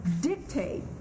dictate